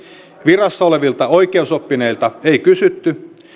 virassa olevilla oikeusoppineilta ei kysytty